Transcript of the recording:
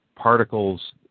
particles